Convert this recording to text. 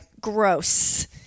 gross